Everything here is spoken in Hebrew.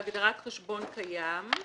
בהגדרת חשבון קיים: